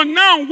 now